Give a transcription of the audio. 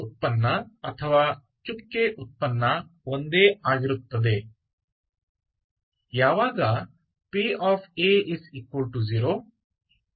inner product inner product या dot product समान होगा